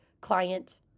client